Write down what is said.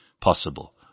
possible